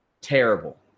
Terrible